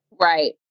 Right